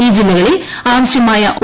ഈ ജില്ലകളിൽ ആവശ്യമായ ഒ